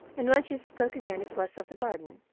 and when she spoke again it was of the garden.